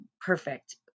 perfect